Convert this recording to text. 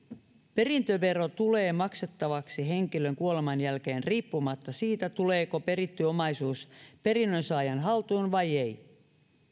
perintövero tulee maksettavaksi henkilön kuoleman jälkeen riippumatta siitä tuleeko peritty omaisuus perinnönsaajan haltuun vai ei